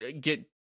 get